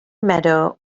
meadow